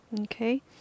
Okay